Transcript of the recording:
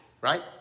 right